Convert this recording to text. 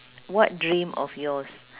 what dream of yours